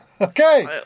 Okay